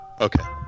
Okay